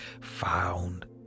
found